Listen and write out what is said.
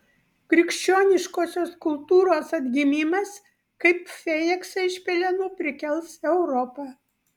krikščioniškosios kultūros atgimimas kaip feniksą iš pelenų prikels europą